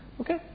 Okay